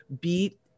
beat